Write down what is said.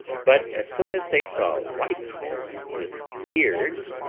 but as soon as they saw white men with beards,